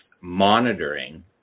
monitoring